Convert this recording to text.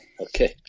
Okay